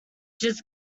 just